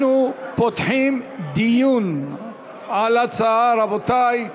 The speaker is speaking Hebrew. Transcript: אנחנו פותחים דיון על ההצעה, רבותי.